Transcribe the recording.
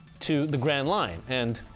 to the grand line and,